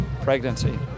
pregnancy